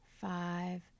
five